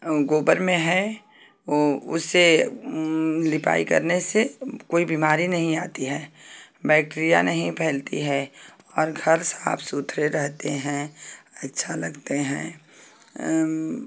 गोबर में है वो उसे लिपाई करने से कोई बीमारी नहीं आती है बैक्टीरिया नहीं फैलती है और घर साफ सुथरे रहते हैं अच्छा लगते हैं